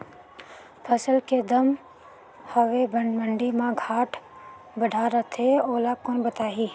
फसल के दम हवे मंडी मा घाट बढ़ा रथे ओला कोन बताही?